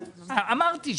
אמרתי.